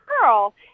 girl